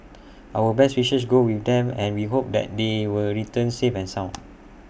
our best wishes go with them and we hope that they will return safe and sound